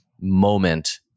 moment